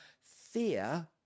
fear